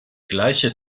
gleiche